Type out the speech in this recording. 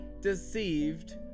deceived